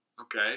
Okay